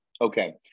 Okay